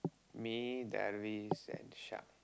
me Darvis and Shak